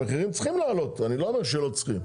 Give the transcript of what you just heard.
המחירים צריכים לעלות אני לא אומר שלא צריכים,